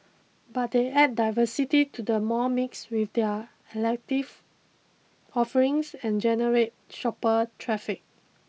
but they add diversity to the mall mix with their elective offerings and generate shopper traffic